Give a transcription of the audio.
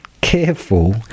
careful